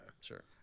sure